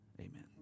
Amen